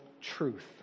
truth